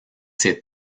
ses